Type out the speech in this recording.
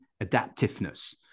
adaptiveness